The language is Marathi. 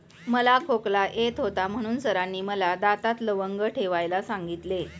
मला खोकला येत होता म्हणून सरांनी मला दातात लवंग ठेवायला सांगितले